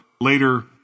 later